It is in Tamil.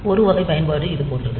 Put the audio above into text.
ஒரு வகை பயன்பாடு இது போன்றது